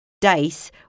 dice